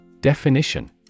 Definition